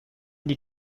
die